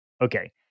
okay